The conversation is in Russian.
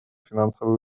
финансовые